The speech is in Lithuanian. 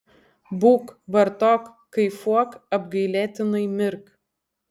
būk vartok kaifuok apgailėtinai mirk